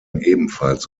ebenfalls